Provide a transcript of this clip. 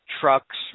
Trucks